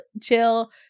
chill